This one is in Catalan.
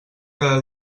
cada